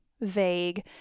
vague